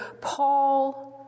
Paul